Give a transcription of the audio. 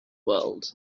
world